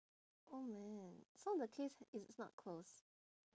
old man so the case is not close